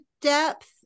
depth